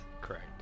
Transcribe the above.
correct